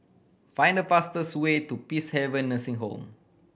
find the fastest way to Peacehaven Nursing Home